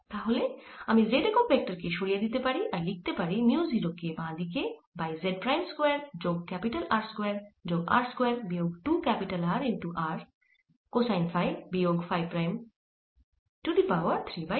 তাহলে আমি z একক ভেক্টর কে সরিয়ে দিতে পারি আর লিখতে পারি মিউ 0 k বাঁ দিকে বাই z প্রাইম স্কয়ার যোগ R স্কয়ার যোগ r স্কয়ার বিয়োগ 2 R r কোসাইন ফাই বিয়োগ phi prime to the power 3 by 2